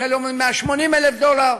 יש שאומרים 180,000 דולר,